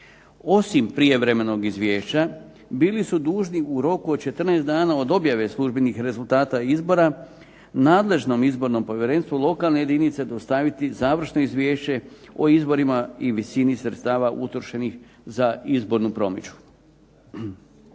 Osim prijevremenog izvješća, bili su dužni u roku od 14 dana od objave službenih rezultata izbora nadležnom izbornom povjerenstvu lokalne jedinice dostaviti završno izvješće o izborima i visini sredstava utrošenih za izbornu promidžbu.